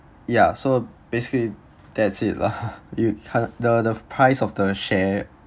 ya so basically that's it lah you cut~ the the price of the share